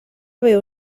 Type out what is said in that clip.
beu